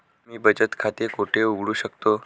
मी बचत खाते कोठे उघडू शकतो?